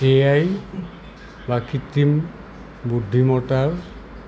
এ I বা কৃত্ৰিম বুদ্ধিমত্তা